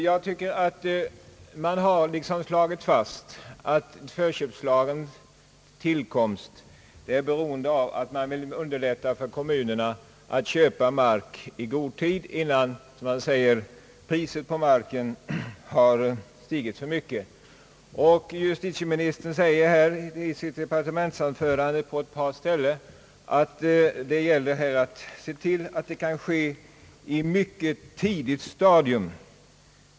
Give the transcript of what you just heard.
Jag tycker att det är fastslaget att förköpslagens tillkomst beror på att man vill underlätta för kommunerna att köpa mark i god tid innan priset på marken har stigit för mycket. Justitieministern säger i sitt departementsanförande på ett par ställen att det gäller att se till att lagen används på ett mycket tidigt stadium.